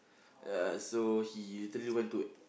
ya so he literally went to